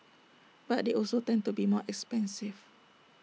but they also tend to be more expensive